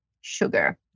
sugar